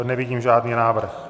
Nevidím žádný návrh.